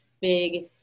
big